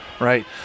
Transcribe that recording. Right